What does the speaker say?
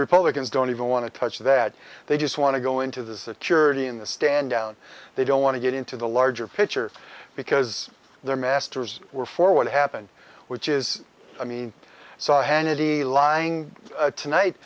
republicans don't even want to touch that they just want to go into the security in the standdown they don't want to get into the larger picture because their masters were for what happened which is i mean so hannity lying tonight